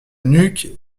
nuque